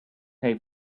pay